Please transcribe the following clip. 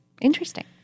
Interesting